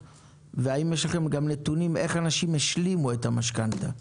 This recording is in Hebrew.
האם יש לכם נתונים איך אנשים השלימו את המשכנתה?